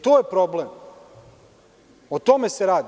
To je problem, o tome se radi.